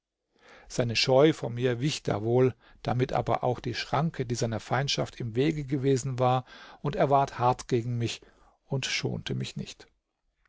seine scheu vor mir wich da wohl damit aber auch die schranke die seiner feindschaft im wege gewesen war und er ward hart gegen mich und schonte mich nicht